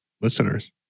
Listeners